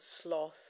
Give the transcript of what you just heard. sloth